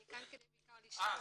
אני כאן כדי בעיקר לשמוע.